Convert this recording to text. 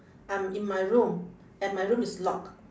I'm in my room and my room is locked